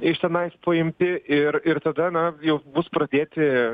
iš tenais paimti ir ir tada na jau bus pradėti